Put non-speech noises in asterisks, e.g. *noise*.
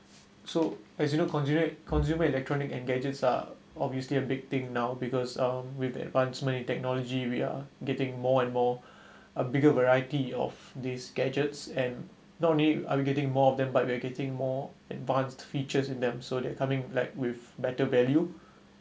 so as you know consumer consumer electronics and gadgets are obviously a big thing now because um with advancement in technology we are getting more and more *breath* a bigger variety of these gadgets and not mean I'll be getting more of them but we are getting more advanced features in them so they're coming like with better value